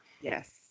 Yes